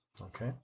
Okay